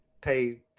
pay